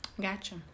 Gotcha